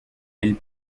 elle